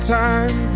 time